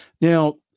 Now